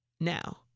now